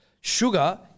sugar